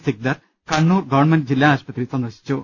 Sikdar Kannur government ജില്ലാ ആശുപത്രി സന്ദർശിച്ചു